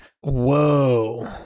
whoa